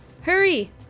Hurry